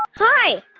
hi.